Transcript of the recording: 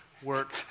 work